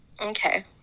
Okay